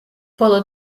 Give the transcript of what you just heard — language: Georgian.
ბოლო